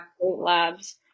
Labs